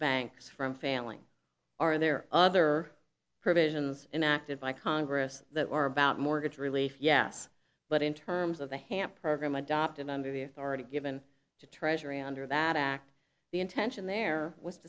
banks from failing are there other provisions in acted by congress that are about mortgage relief yes but in terms of the hamp program adopted under the authority given to treasury under that act the intention there was